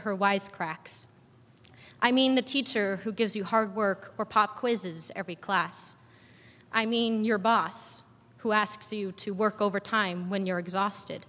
or her wisecracks i mean the teacher who gives you hard work or pop quizzes every class i mean your boss who asks you to work overtime when you're exhausted